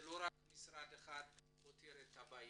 זה לא רק משרד אחד שיכול לפתור את הבעיה,